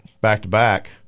back-to-back